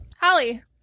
Holly